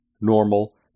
normal